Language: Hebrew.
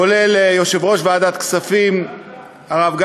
כולל יושב-ראש ועדת הכספים הרב גפני,